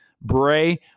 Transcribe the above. Bray